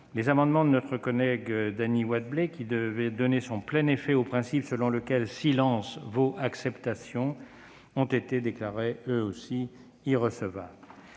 les amendements de notre collègue Dany Wattebled, qui visaient à donner son plein effet au principe selon lequel « silence vaut acceptation », ont été déclarés, eux aussi, irrecevables.